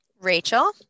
Rachel